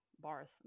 bars